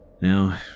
Now